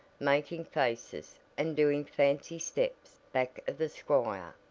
making faces and doing fancy steps back of the squire.